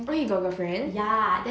oh he got girlfriend